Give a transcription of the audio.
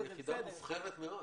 זו יחידה מובחרת מאוד.